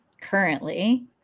currently